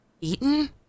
eaten